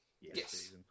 Yes